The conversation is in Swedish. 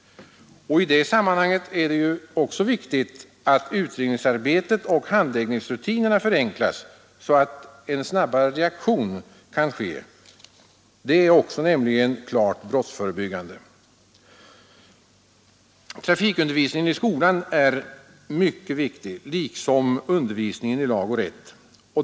I det sammanhanget är det också viktigt att utredningsarbetet och handläggningsrutinerna förenklas så att en snabbare reaktion kan ske. Det är också klart brottsförebyggande. Trafikundervisningen i skolan är mycket viktig liksom undervisningen i lag och rätt.